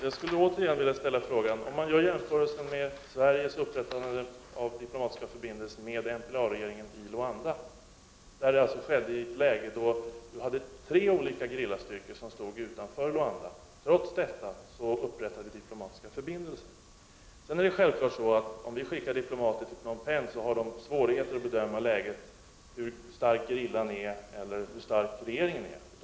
Fru talman! Jag vill återigen göra jämförelsen med Sveriges upprättande av diplomatiska förbindelser med MPLA-regeringen i Luanda. Det skedde i ett läge då det fanns tre olika gerillastyrkor som stod utanför Luanda. Trots detta upprättade Sverige diplomatiska förbindelser. Självfallet har de diplomater som vi skickar till Phnom Penh svårigheter att bedöma läget och hur stark gerillan eller regeringen är.